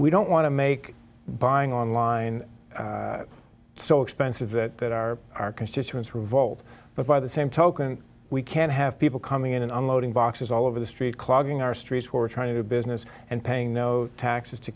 we don't want to make buying online so expensive that that are our constituents revolt but by the same token we can't have people coming in and unloading boxes all over the street clogging our streets who are trying to do business and paying no taxes to